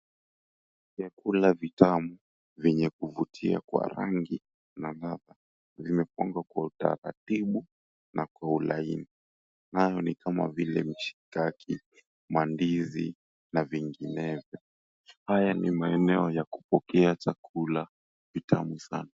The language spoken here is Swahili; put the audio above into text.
Vyakula vitamu vyenye kuvutia kwa rangi na ladha imefungwa kwa utaratibu na kwa ulaini. Nayo ni kama vile mishikaki, mandizi na vinginevyo. Haya ni maeneo ya kupokea chakula vitamu sana.